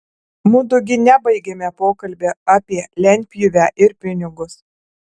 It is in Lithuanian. mudu gi nebaigėme pokalbio apie lentpjūvę ir pinigus